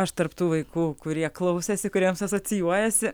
aš tarp tų vaikų kurie klausėsi kuriems asocijuojasi